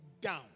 down